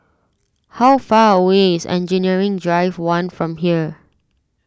how far away is Engineering Drive one from here